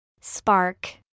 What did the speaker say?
SPARK